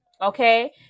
okay